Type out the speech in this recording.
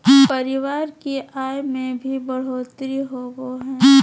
परिवार की आय में भी बढ़ोतरी होबो हइ